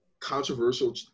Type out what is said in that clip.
controversial